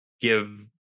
give